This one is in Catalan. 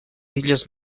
illes